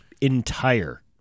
entire